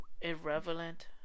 irrelevant